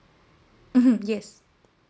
mmhmm yes